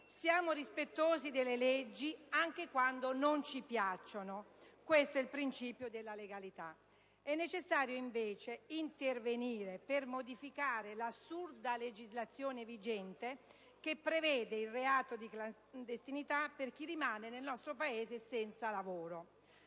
siamo rispettosi delle leggi, anche quando non ci piacciono: questo è il principio di legalità. È necessario invece intervenire per modificare l'assurda legislazione vigente, che prevede il reato di clandestinità per chi rimane nel nostro Paese senza lavoro.